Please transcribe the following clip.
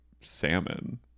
salmon